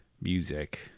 music